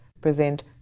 present